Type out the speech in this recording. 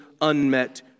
unmet